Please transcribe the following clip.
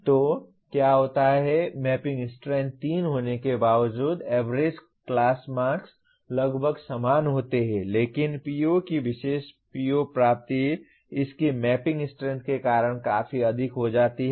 तो क्या होता है मैपिंग स्ट्रेंथ 3 होने के बावजूद एवरेज क्लास मार्क्स लगभग समान होते हैं लेकिन PO कि विशेष PO प्राप्ति इसकी मैपिंग स्ट्रेंथ के कारण काफी अधिक हो जाती है